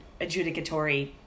adjudicatory